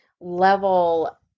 level